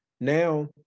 now